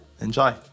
enjoy